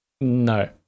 No